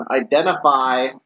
identify